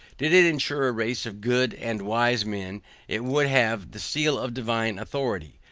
did it ensure a race of good and wise men it would have the seal of divine authority,